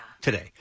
Today